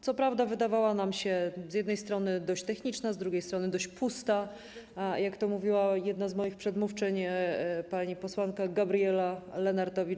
Co prawda, wydawała nam się z jednej strony dość techniczna, z drugiej strony dość pusta, jak to mówiła jedna z moich przedmówczyń, pani posłanka Gabriela Lenartowicz.